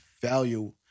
value